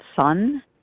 son